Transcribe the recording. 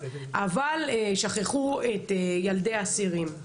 אבל שכחו את ילדי האסירים.